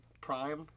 prime